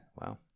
Wow